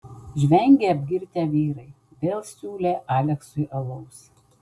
žvengė apgirtę vyrai vėl siūlė aleksiui alaus